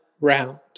round